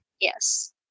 Yes